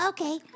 Okay